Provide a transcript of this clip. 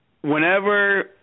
whenever